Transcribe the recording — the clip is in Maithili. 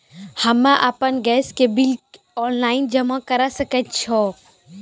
हम्मे आपन गैस के बिल ऑनलाइन जमा करै सकै छौ?